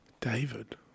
David